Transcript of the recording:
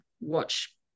watch